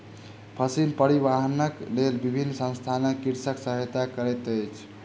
फसिल परिवाहनक लेल विभिन्न संसथान कृषकक सहायता करैत अछि